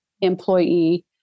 employee